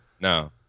no